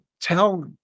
tell